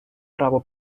право